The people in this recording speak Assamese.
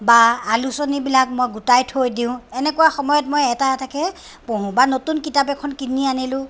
বা আলোচনীবিলাক মই গোটাই থৈ দিওঁ এনেকুৱা সময়ত মই এটা এটাকৈ পঢ়ো বা নতুন কিতাপ এখন কিনি আনিলোঁ